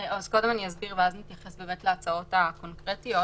אסביר ואז נתייחס להצעות הקונקרטיות.